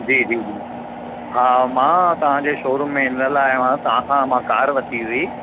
जी जी जी हा मां तव्हां जे शोरूम में इन लाइ आयो आहियां तव्हां खां मां कार वरिती हुई